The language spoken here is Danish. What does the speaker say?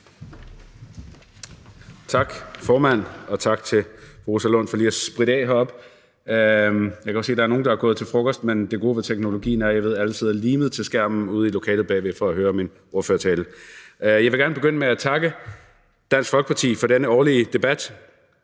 Tak, formand, og tak til fru Rosa Lund for lige at spritte af. Jeg kan godt se, at der er nogle, der er gået til frokost, men det gode ved teknologien er, at jeg ved, at alle sidder klistret til skærmen ude i et lokale bagved for at høre min ordførertale. Jeg vil gerne begynde med at takke Dansk Folkeparti for denne årlige debat.